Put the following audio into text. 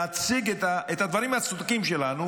להציג את הדברים הצודקים שלנו,